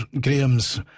Graham's